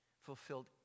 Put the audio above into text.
fulfilled